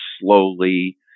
slowly